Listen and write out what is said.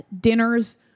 dinners